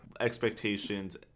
expectations